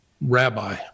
rabbi